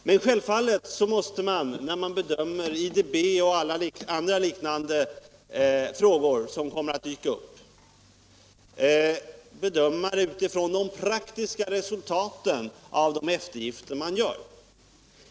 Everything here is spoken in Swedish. Men självfallet måste man när man bedömer IDB, och alla andra lik Nr 100 nande frågor som kommer att dyka upp, göra det utifrån de praktiska resultaten av de eftergifter man gör.